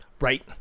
Right